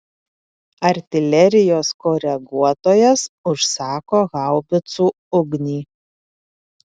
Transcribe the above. artilerijos koreguotojas užsako haubicų ugnį